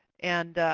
and